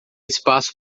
espaço